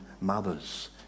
mothers